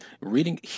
Reading